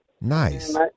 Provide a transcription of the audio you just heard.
Nice